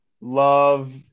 Love